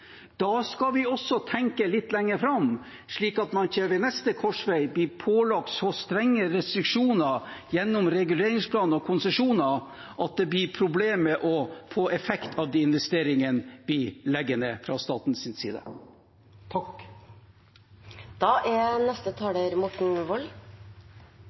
skal vi også tenke litt lenger fram, slik at man ikke ved neste korsvei blir pålagt så strenge restriksjoner gjennom reguleringsplaner og konsesjoner at det blir problemer med å få effekt av de investeringene vi legger ned fra statens side. Fremskrittspartiet er